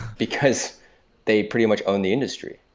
because they pretty much own the industry.